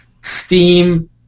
Steam